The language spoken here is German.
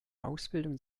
ausbildung